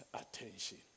attention